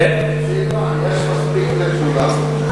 סילבן, יש מספיק לכולם.